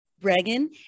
Bregan